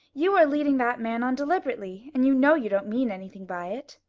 you are leading that man on deliberately and you know you don't mean anything by it.